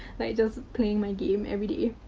like, just playing my game everyday.